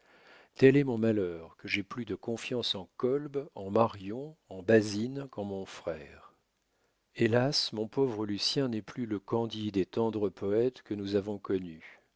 tel est mon malheur que j'ai plus de confiance en kolb en marion en basine qu'en mon frère hélas mon pauvre lucien n'est plus le candide et tendre poète que nous avons connu